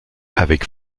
avec